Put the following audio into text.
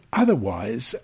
otherwise